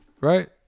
Right